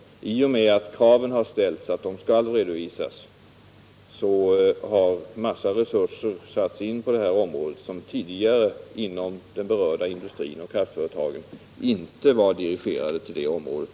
I och med att kraven har ställts har en mängd resurser satts in på detta område, som tidigare inom de berörda industrierna och kraftföretagen inte var dirigerade till det området.